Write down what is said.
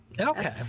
okay